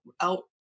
out